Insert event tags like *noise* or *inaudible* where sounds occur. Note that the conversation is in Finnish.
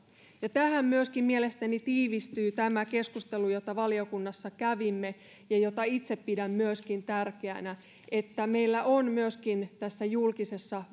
tähän myöskin mielestäni tiivistyy tämä keskustelu jota valiokunnassa kävimme ja jota itse pidän myöskin tärkeänä että meillä on myöskin tässä julkisessa *unintelligible*